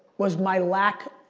was my lack,